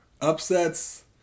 upsets